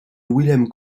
wilhelm